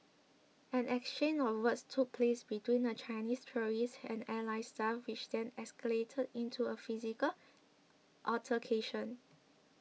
an exchange of words took place between the Chinese tourists and airline staff which then escalated into a physical altercation